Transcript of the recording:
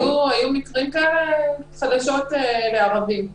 היו מקרים כאלה חדשות לערבים,